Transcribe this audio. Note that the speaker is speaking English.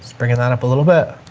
bringing that up a little bit.